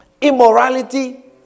immorality